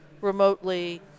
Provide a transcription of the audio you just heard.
Remotely